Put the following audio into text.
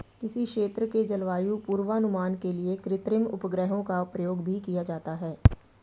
किसी क्षेत्र के जलवायु पूर्वानुमान के लिए कृत्रिम उपग्रहों का प्रयोग भी किया जाता है